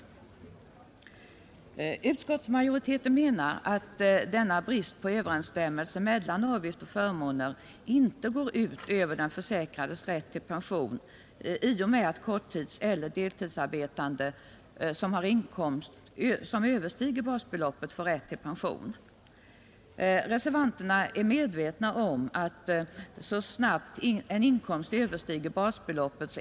Utskottsmajoriteten menar att denna brist på överensstämmelse mellan avgift och förmån inte går ut över den försäkrades rätt till pension i och med att korttidseller deltidsarbetande, som har inkomst som överstiger basbeloppet, får rätt till pension. Vi reservanter är medvetna om att man är pensionsberättigad så snart en inkomst överstiger basbeloppet.